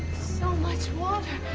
so much water.